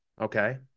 okay